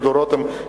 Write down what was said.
דודו רותם,